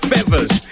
Feathers